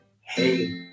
Hey